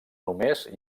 només